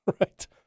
right